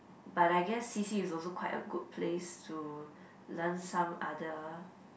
but I guessed C_C is also quite a good place to learn some other